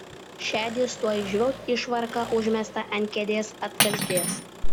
šedys tuoj žvilgt į švarką užmestą ant kėdės atkaltės